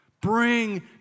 bring